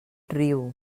riu